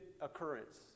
occurrence